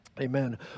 Amen